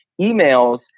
emails